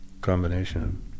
combination